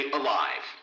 alive